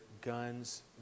guns